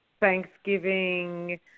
thanksgiving